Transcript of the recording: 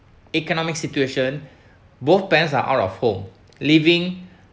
economic situation both parents are out of home leaving